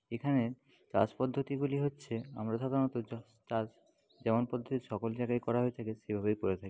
এখানে চাষ পদ্ধতিগুলি হচ্ছে আমরা সাধারণত চাষ চাষ যেমন পদ্ধতি সকল জায়গায় করা হয়ে থাকে সেভাবেই করে থাকি